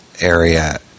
area